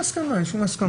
אין הסכמה, אין שום הסכמות.